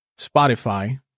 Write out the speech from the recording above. Spotify